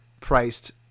priced